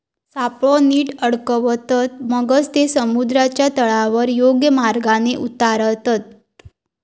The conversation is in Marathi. सापळो नीट अडकवतत, मगच ते समुद्राच्या तळावर योग्य मार्गान उतारतत